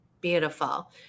Beautiful